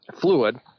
fluid